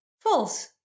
false